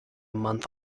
month